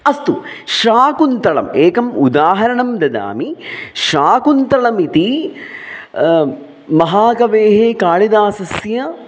अस्तु शाकुन्तलम् एकम् उदाहरणं ददामि शाकुन्तलमिति महाकवेः कालिदासस्य